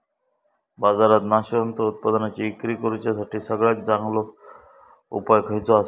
बाजारात नाशवंत उत्पादनांची इक्री करुच्यासाठी सगळ्यात चांगलो उपाय खयचो आसा?